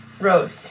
road